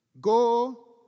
Go